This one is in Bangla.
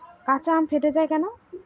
কাঁচা আম ফেটে য়ায় কেন?